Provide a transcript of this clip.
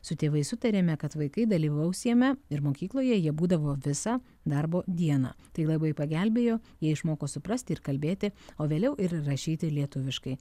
su tėvais sutarėme kad vaikai dalyvaus jame ir mokykloje jie būdavo visą darbo dieną tai labai pagelbėjo jie išmoko suprasti ir kalbėti o vėliau ir rašyti lietuviškai